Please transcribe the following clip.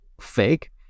fake